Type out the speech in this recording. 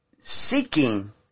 seeking